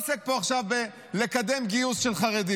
אבל אתה לא עוסק פה עכשיו בלקדם גיוס של חרדים.